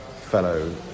fellow